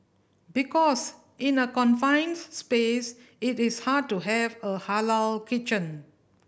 because in a confined space it is hard to have a halal kitchen